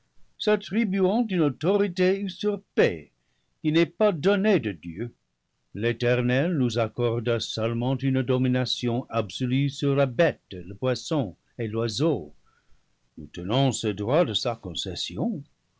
une autorité usurpée qui n'est pas donnée de dieu l'eternel nous accorda seulement une domination absolue sur la bête le poisson et l'oiseau nous tenons ce droit de sa concession